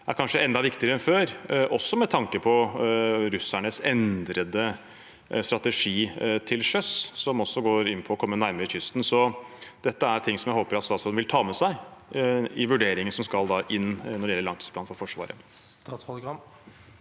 er kanskje enda viktigere enn før, også med tanke på russernes endrede strategi til sjøs, som går inn på å komme nærmere kysten. Dette er ting jeg håper statsråden vil ta med seg i vurderinger som skal gjøres når det gjelder langtidsplanen for Forsvaret.